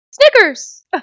Snickers